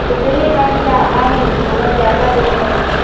कितनी भैंस का है हमें ज़्यादा दूध चाहिए